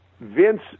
Vince